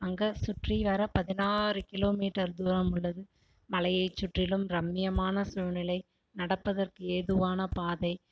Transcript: அங்கே சுற்றிவர பதினாறு கிலோமீட்டர் தூரம் உள்ளது மலையை சுற்றிலும் ரம்மியமான சூழ்நிலை நடப்பதற்கு ஏதுவான பாதை